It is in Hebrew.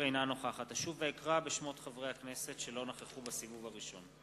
אינה נוכחת אשוב ואקרא בשמות חברי הכנסת שלא נכחו בסיבוב הראשון.